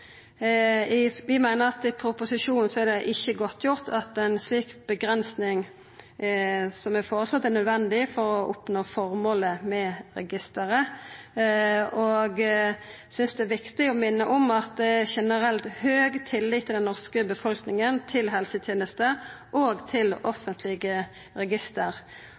reservasjonsrett. Vi meiner at i proposisjonen er det ikkje godtgjort at ei slik avgrensing som er føreslått, er nødvendig for å oppnå formålet med registeret. Vi synest det er viktig å minna om at det er generelt høg tillit i den norske befolkninga til helsetenesta og til offentlege register.